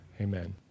Amen